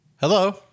Hello